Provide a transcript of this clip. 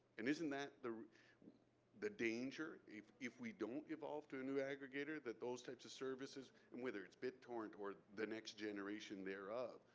and isn't that the the danger? if if we don't evolve to a new aggregator, that those types of services, and whether it's bittorrent or the next generation thereof,